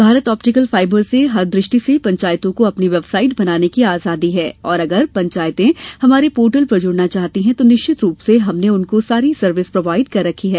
Bharat optical fibre से हर दृष्टि से पंचायतों को अपनी वेबसाइट बनाने की आजादी है और अगर पंचायतें हमारे पोर्टल पर जुड़ना चाहती हैं तो निश्चित रूप से हमने उनको सारी सर्विस प्रोवाइड कर रखी हैं